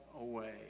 away